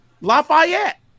Lafayette